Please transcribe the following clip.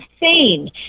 insane